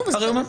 לא,